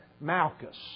Malchus